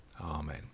Amen